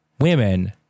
women